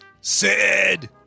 Sid